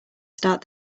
start